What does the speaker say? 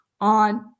on